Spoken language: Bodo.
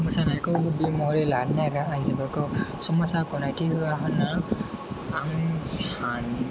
मोसानायखौ हबि महरै लानो नागिरग्रा आइजोफोरखौ समाजा गनायथि होआ होनना आं साना